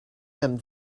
them